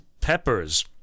peppers